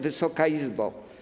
Wysoka Izbo!